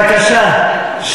בבקשה.